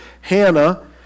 Hannah